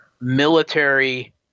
military